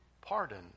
pardon